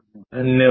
धन्यवाद